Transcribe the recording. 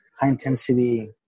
high-intensity